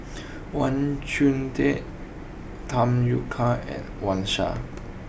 Wang Chunde Tham Yui Kai and Wang Sha